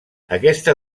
aquesta